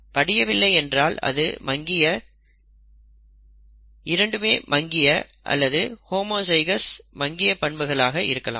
படியவில்லை என்றால் அது மங்கிய இரண்டுமே மங்கிய அல்லது ஹோமோஜைகௌஸ் மங்கிய பண்புகளாக இருக்கலாம்